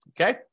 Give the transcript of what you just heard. Okay